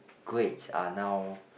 grades are now